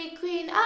queen